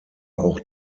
auch